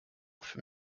from